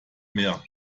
mehr